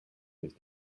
his